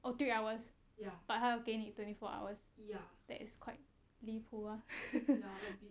oh three hours but 他会给你 twenty four hours that is quite 离谱 ah